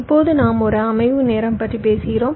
இப்போது நாம் ஒரு அமைவு நேரம் பற்றி பேசுகிறோம்